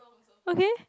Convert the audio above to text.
okay